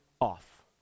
off